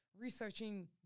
researching